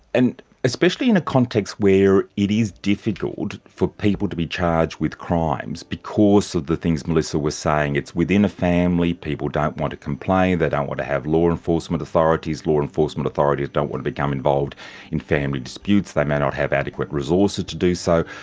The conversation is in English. and especially in a context where it is difficult for people to be charged with crimes because of the things melissa was saying, it's within a family, people don't want to complain, they don't want to have law enforcement authorities, law enforcement authorities don't want to become involved in family disputes, they may not have adequate resources to do so.